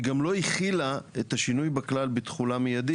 היא גם לא החילה את השינוי בכלל בתחולה מיידית.